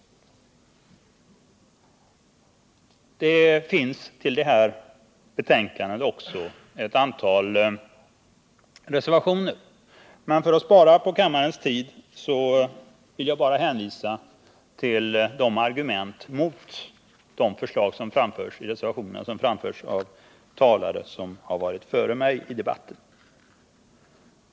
Det finns till detta betänkande fogat ett antal reservationer. För att spara kammarens tid vill jag bara hänvisa till de argument mot reservanternas förslag som framförts här i debatten av tidigare talare.